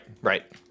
right